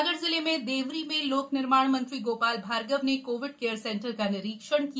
सागर जिले में देवरी में लोक निर्माण मंत्री गो ाल भार्गव ने कोविड केयर सेंटर का निरीक्षण किया